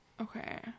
okay